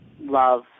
love